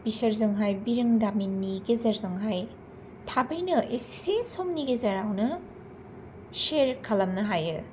बिसोरजोंहाय बिरोंदामिननि गेजेरजोंहाय थाबैनो एसे समनि गेजेरावनो शेर खालामनो हायो